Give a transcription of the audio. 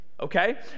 Okay